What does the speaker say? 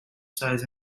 size